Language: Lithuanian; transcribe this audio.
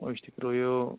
o iš tikrųjų